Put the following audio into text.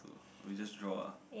to we just draw ah